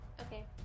okay